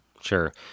Sure